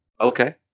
Okay